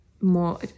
more